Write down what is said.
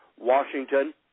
Washington